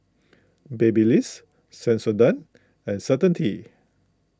Babyliss Sensodyne and Certainty